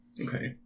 Okay